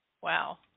Wow